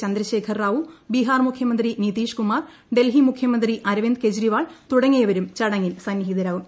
ചന്ദ്രശേഖർ റാവു ബീഹാർ മുഖ്യമന്ത്രി നിതീഷ് കുമാർ ഡൽഹി മുഖ്യമന്ത്രി അരവിന്ദ് കെജ്രിവാൾ തുടങ്ങിയവരും ചടങ്ങിൽ സന്നിഹിതരാകും